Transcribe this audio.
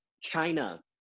China